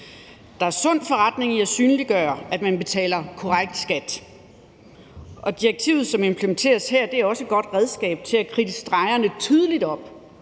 Der er sund forretning i at synliggøre, at man betaler korrekt skat. Og direktivet, som implementeres her, er også et godt redskab til at kridte stregerne tydeligt op